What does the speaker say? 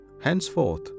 Henceforth